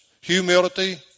humility